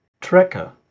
tracker